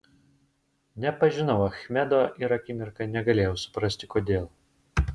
nepažinau achmedo ir akimirką negalėjau suprasti kodėl